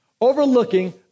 overlooking